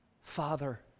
Father